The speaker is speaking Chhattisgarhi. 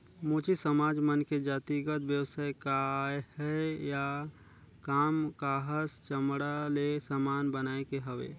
मोची समाज मन के जातिगत बेवसाय काहय या काम काहस चमड़ा ले समान बनाए के हवे